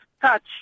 touch